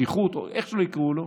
"שליחות" או איך שלא יקראו לו,